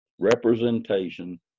representation